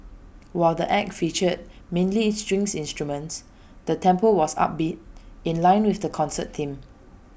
while the act featured mainly string instruments the tempo was upbeat in line with the concert theme